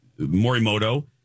Morimoto